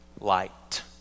light